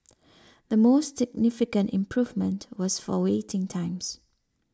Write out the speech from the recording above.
the most significant improvement was for waiting times